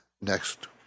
next